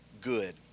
good